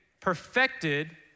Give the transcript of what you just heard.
Perfected